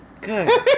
Good